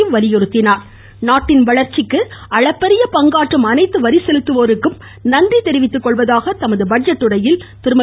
நிர்மலாடசீத்தாராமன் நாட்டின் வளர்ச்சிக்கு அளப்பரிய பங்காற்றும் அனைத்து வரி செலுத்துபவர்களுக்கு நன்றி தெரிவித்துக்கொள்வதாக தமது பட்ஜெட் உரையில் திருமதி